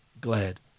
glad